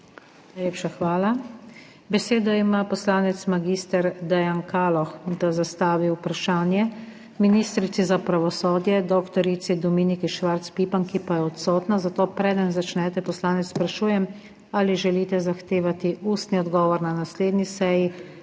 Najlepša hvala. Besedo ima poslanec mag. Dejan Kaloh, da zastavi vprašanje ministrici za pravosodje dr. Dominiki Švarc Pipan, ki pa je odsotna. Zato preden začnete, poslanec, vas sprašujem, ali želite zahtevati ustni odgovor na naslednji seji